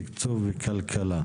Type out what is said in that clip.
תקצוב וכלכלה,